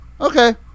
Okay